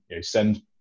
send